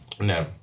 No